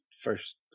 first